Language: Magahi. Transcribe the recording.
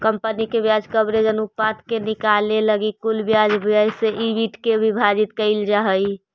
कंपनी के ब्याज कवरेज अनुपात के निकाले लगी कुल ब्याज व्यय से ईबिट के विभाजित कईल जा हई